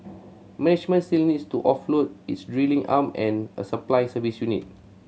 management still needs to offload its drilling arm and a supply service unit